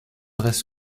reste